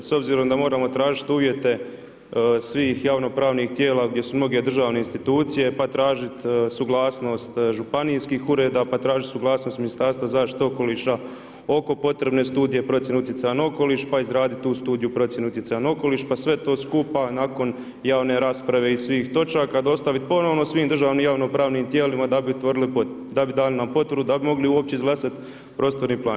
S obzirom da moramo tražiti uvjete svih javnopravnih tijela gdje su mnoge državne institucije, pa tražiti suglasnost županijskih ureda, pa tražiti suglasnost Ministarstva zaštite okoliša oko potrebne studije procjene utjecaja na okoliš, pa izraditi tu studiju procjene utjecaja na okoliš, pa sve to skupa nakon javne rasprave i svih točaka dostaviti ponovno svim državnim javnopravnim tijelima da bi utvrdili, da bi dali nam potvrdu da bi mogli uopće izglasati prostorni plan.